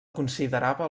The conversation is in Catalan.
considerava